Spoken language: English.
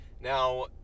now